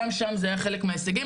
גם שם זה היה חלק מההישגים,